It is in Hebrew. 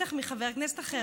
בטח מחבר כנסת אחר.